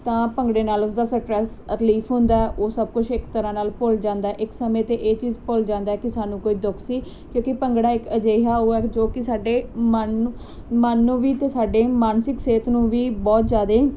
ਤਾਂ ਭੰਗੜੇ ਨਾਲ ਉਸਦਾ ਸਟਰੈਸ ਰਿਲੀਫ ਹੁੰਦਾ ਉਹ ਸਭ ਕੁਝ ਇੱਕ ਤਰ੍ਹਾਂ ਨਾਲ ਭੁੱਲ ਜਾਂਦਾ ਇੱਕ ਸਮੇਂ ਤੇ ਇਹ ਚੀਜ਼ ਭੁੱਲ ਜਾਂਦਾ ਕਿ ਸਾਨੂੰ ਕੋਈ ਦੁੱਖ ਸੀ ਕਿਉਂਕਿ ਭੰਗੜਾ ਇੱਕ ਅਜਿਹਾ ਉਹ ਐ ਕਿ ਜੋ ਕੀ ਸਾਡੇ ਮਨ ਨੂੰ ਮਨ ਨੂੰ ਵੀ ਤੇ ਸਾਡੇ ਮਾਨਸਿਕ ਸਿਹਤ ਨੂੰ ਵੀ ਬਹੁਤ ਜਿਆਦੇ